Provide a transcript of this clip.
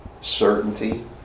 certainty